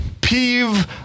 peeve